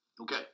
Okay